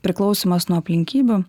priklausymas nuo aplinkybių